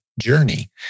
journey